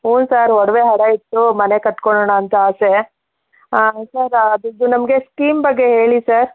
ಹೂಂ sir ಒಡವೆ ಅಡ ಇಟ್ಟು ಮನೆ ಕಟ್ಕೊಳ್ಳೋಣ ಅಂತ ಆಸೆ ಸರ್ ಅದರದ್ದು ನಮಗೆ ಸ್ಕೀಮ್ ಬಗ್ಗೆ ಹೇಳಿ ಸರ್